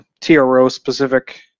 TRO-specific